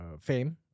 fame